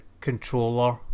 controller